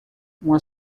uma